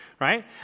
right